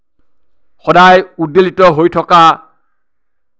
সদায় উদ্দুলিত হৈ থকা